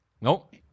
Nope